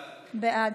בעד.